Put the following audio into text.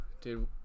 dude